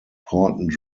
important